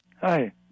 Hi